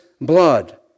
blood